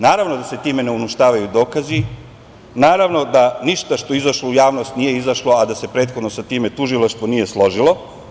Naravno da se time ne uništavaju dokazi, naravno da ništa što nije izašlo u javnost nije izašlo, a da se prethodno sa time nije tužilaštvo složilo.